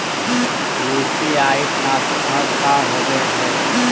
UPI transfer का होव हई?